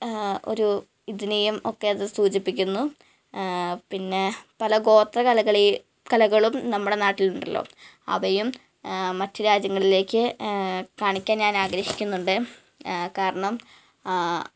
ഒരു ഇതിനേയും ഒക്കെ അത് സൂചിപ്പിക്കുന്നു പിന്നെ പല ഗോത്രകലകളേയും കലകളും നമ്മുടെ നാട്ടിലുണ്ടല്ലോ അവയും മറ്റു രാജ്യങ്ങളിലേക്ക് കാണിയ്ക്കാന് ഞാനാഗ്രഹിക്കുന്നുണ്ട് കാരണം